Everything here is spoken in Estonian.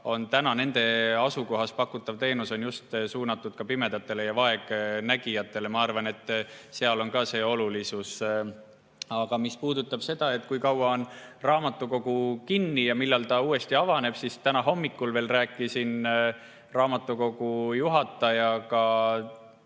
et nende asukohas pakutav teenus on just suunatud ka pimedatele ja vaegnägijatele. Ma arvan, et ka seal on see olulisus. Aga mis puudutab seda, kui kaua on rahvusraamatukogu kinni ja millal ta uuesti avaneb, siis täna hommikul veel rääkisin raamatukogu juhatajaga.